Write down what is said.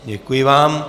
Děkuji vám.